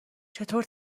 چطور